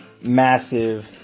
massive